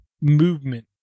movement